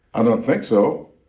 i don't think so.